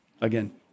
again